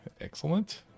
Excellent